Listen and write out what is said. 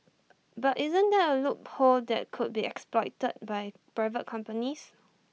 but isn't that A loophole that could be exploited by private companies